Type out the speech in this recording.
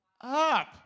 up